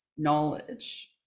knowledge